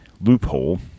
loophole